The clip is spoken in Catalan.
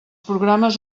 programes